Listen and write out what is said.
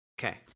Okay